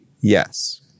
Yes